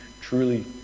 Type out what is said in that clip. truly